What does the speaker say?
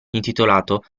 intitolato